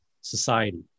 society